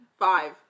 Five